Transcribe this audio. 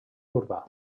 urbà